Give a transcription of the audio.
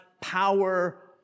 power